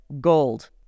gold